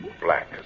black